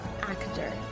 actor